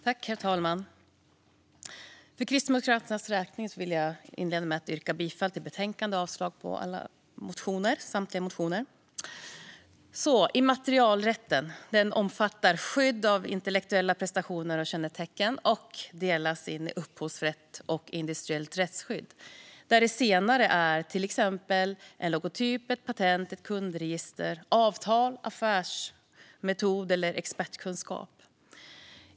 Herr talman! För Kristdemokraternas räkning vill jag inleda med att yrka bifall till utskottets förslag i betänkandet och avslag på samtliga motioner. Immaterialrätten omfattar skydd av intellektuella prestationer och kännetecken och delas in i upphovsrätt och industriellt rättsskydd, där det senare handlar om till exempel en logotyp, ett patent, ett kundregister, ett avtal, en affärsmetod eller expertkunskap.